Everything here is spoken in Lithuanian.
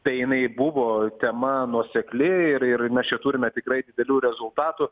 tai jinai buvo tema nuosekli ir ir mes čia turime tikrai didelių rezultatų